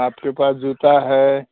आपके पास जूता है